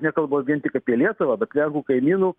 nekalbu vien tik apie lietuvą bet lenkų kaimynų